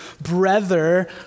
brother